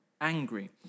angry